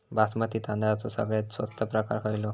बासमती तांदळाचो सगळ्यात स्वस्त प्रकार खयलो?